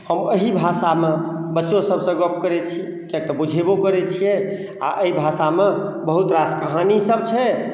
हम एहि भाषामे बच्चो सबसँ गप करै छी किएक तऽ बुझेबो करै छिए आओर एहि भाषामे बहुत रास कहानीसब छै